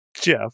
Jeff